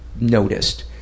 noticed